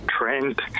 trend